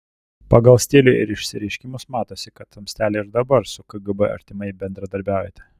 pagal stilių ir išsireiškimus matosi kad tamstelė ir dabar su kgb artimai bendradarbiaujate